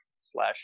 slash